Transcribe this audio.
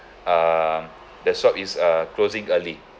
um the shop is uh closing early